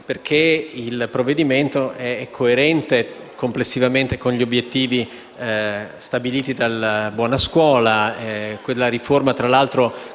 Grazie